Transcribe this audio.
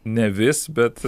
ne vis bet